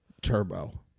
Turbo